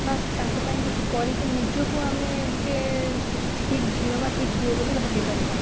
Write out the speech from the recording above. ବାସ୍ ତାଙ୍କ ପାଇଁ କିଛି କରିକି ନିଜକୁ ଆମେ ଗୋଟିଏ ଠିକ୍ ଝିଅ ବା ଠିକ୍ ପୁଅ ବୋଲି ଭାବିପାରିବା